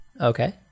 Okay